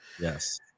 Yes